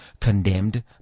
condemned